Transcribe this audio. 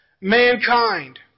mankind